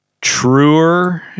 truer